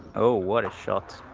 oh what a shot